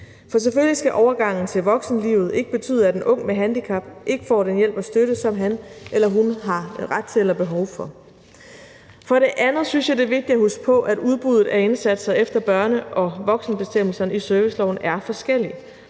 For selvfølgelig skal overgangen til voksenlivet ikke betyde, at en ung med handicap ikke får den hjælp og støtte, som han eller hun har ret til eller behov for. For det andet synes jeg, det er vigtigt at huske på, at udbuddet af indsatser efter børne- og voksenbestemmelserne i serviceloven er forskellige.